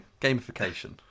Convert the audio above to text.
Gamification